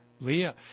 Leah